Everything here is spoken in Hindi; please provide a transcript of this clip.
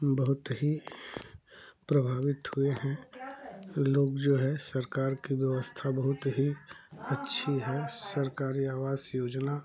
बहुत ही प्रभावित हुए हैं लोग जो है सरकार की व्यवस्था बहुत ही अच्छी है सरकारी आवास योजना